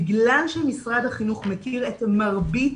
בגלל שמשרד החינוך מכיר את מרבית